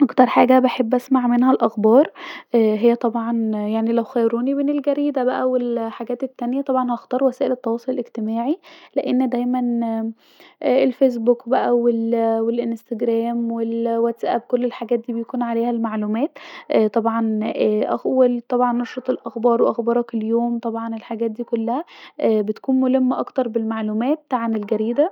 اكتر حاجه بحب اسمع منها الاخبار هي طبعا يعني لو خيروني بين الجريده بقي والحاجات التانيه طبعا هختار مواقع التواصل الاجتماعي لأن دايما اااا الفيس بوك بقي والانستجرام و الواتس اب بقي كل الحاجات ديه بيكون عليها المعلومات اااا طبعا أولهم نشره الاخبار واخبارك اليوم طبعا الحاجات دي كلها بتكون ملمه اكتر بالعلمومات عن الجريدة